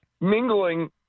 mingling